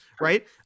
right